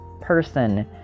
person